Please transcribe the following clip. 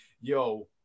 yo